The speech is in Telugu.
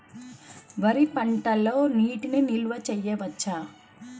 వరి పంటలో నీటి నిల్వ చేయవచ్చా?